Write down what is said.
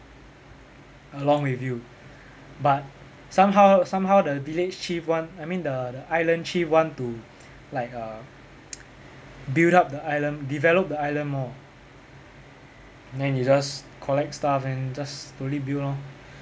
along with you but somehow somehow the village chief want I mean the the island chief want to like uh build up the island develop the island more then you just collect stuff and just slowly build lor